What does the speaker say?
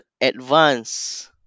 Advanced